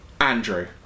Andrew